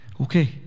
Okay